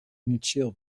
initieel